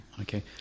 Okay